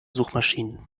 suchmaschinen